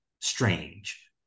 strange